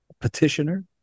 petitioner